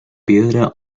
piedra